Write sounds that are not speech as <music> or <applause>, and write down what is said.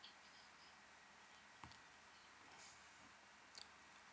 <breath>